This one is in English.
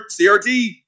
CRT